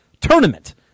tournament